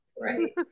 Right